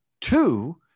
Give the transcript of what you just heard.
Two